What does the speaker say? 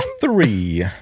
three